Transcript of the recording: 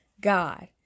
God